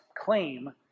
claim